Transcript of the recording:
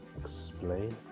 explain